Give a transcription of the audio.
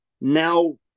now